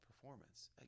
performance